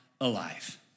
alive